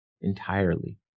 entirely